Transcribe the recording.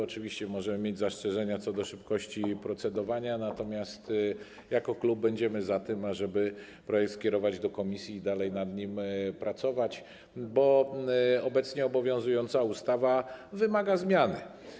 Oczywiście możemy mieć zastrzeżenia co do szybkości procedowania, natomiast jako klub będziemy za tym, ażeby projekt skierować do komisji i dalej nad nim pracować, bo obecnie obowiązująca ustawa wymaga zmiany.